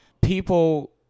people